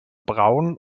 braun